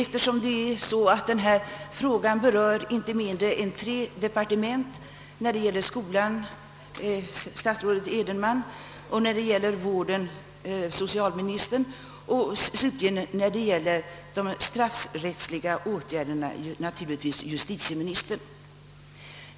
Frågan i hela dess vidd berör inte mindre än tre departement: när det gäller skolan ecklesiastikdepartementet, när det gäller vården socialdepartementet och slutligen när det gäller de straffrättsliga åtgärderna justitiedepartementet.